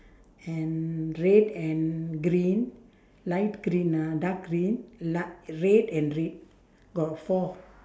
and red and green light green ah dark green ligh~ red and red got four